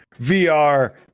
VR